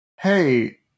Hey